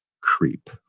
creep